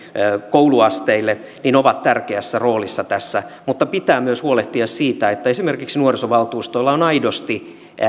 kouluasteille ovat tärkeässä roolissa tässä mutta pitää myös huolehtia siitä että esimerkiksi nuorisovaltuustoilla on aidosti